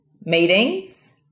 meetings